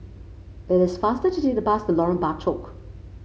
it is faster to take the bus to Lorong Bachok